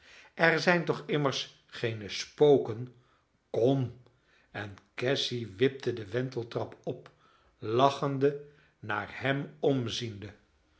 er zijn toch immers geene spoken kom en cassy wipte de wenteltrap op lachend naar hem omziende